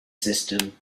system